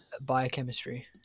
biochemistry